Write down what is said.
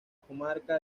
comarca